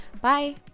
Bye